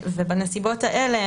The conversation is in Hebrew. בנסיבות האלה,